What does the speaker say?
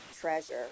treasure